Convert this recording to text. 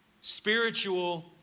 spiritual